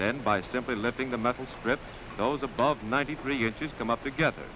then by simply letting the metal strip those above ninety three inches come up together